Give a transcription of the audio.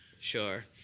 Sure